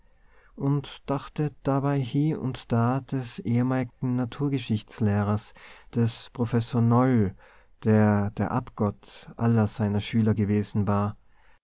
und dachte dabei hie und da des ehemaligen naturgeschichtslehrers des professors noll der der abgott aller seiner schüler gewesen war